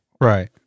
Right